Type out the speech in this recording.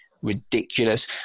ridiculous